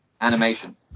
Animation